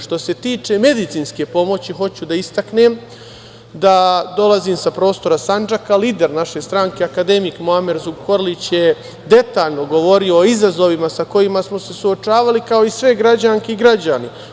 Što se tiče medicinske pomoći, hoću da istaknem da dolazim sa prostora Sandžaka, a lider naše stranke, akademik Muamer Zukorlić je detaljno govorio o izazovima sa kojima smo se suočavali, kao i sve građanke i građani.